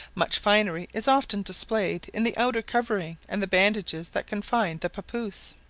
much finery is often displayed in the outer covering and the bandages that confine the papouse.